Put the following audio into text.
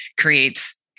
creates